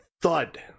thud